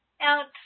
out